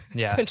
yeah,